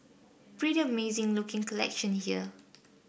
pretty amazing looking collection here